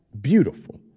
beautiful